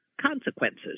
consequences